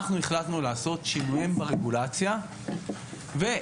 אנחנו החלטנו לעשות שינויים ברגולציה והתאמנו